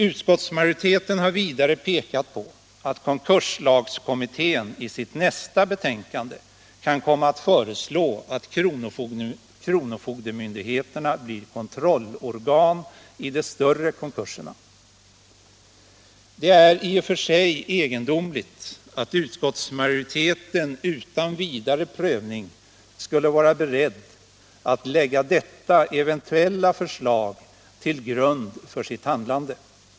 Utskottsmajoriteten har vidare pekat på att konkurslagskommittén i sitt nästa betänkande kan komma att föreslå att kronofogdemyndigheterna blir kontrollorgan i de större konkurserna. Det är i och för sig egendomligt att utskottsmajoriteten utan vidare prövning skulle vara beredd att lägga detta eventuella förslag till grund för sitt handlande.